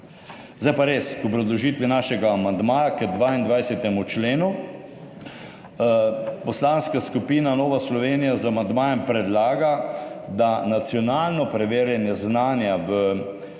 Zdaj pa res k obrazložitvi našega amandmaja k 22. členu. Poslanska skupina Nova Slovenija z amandmajem predlaga, da nacionalno preverjanje znanja v